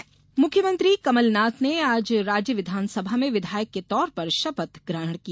कमलनाथ शपथ मुख्यमंत्री कमलनाथ ने आज राज्य विधानसभा में विधायक के तौर पर शपथ ग्रहण की